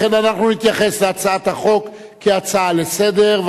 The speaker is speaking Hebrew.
לכן אנחנו נתייחס להצעת החוק כהצעה לסדר-היום,